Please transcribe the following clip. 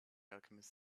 alchemist